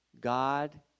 God